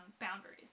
boundaries